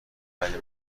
ولی